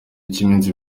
cy’iminsi